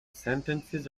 sentences